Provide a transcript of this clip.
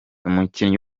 umukinnyi